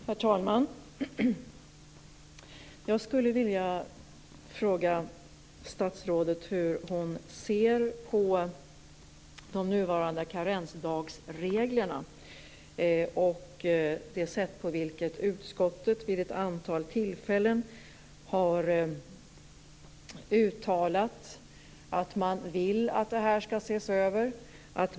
Herr talman! Jag skulle vilja fråga statsrådet hur hon ser på de nuvarande karensdagsreglerna och på att utskottet vid ett antal tillfällen har uttalat att det vill att det här skall ses över.